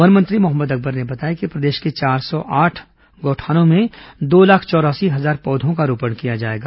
one मंत्री मोहम्मद अकबर ने बताया कि प्रदेश के चार सौ आठ गौठानों में दो लाख चौरासी हजार पौधों का रोपण किया जाएगा